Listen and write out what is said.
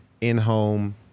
in-home